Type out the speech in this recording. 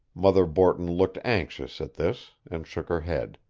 mother borton looked anxious at this, and shook her head.